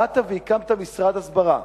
באת והקמת משרד הסברה.